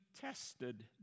tested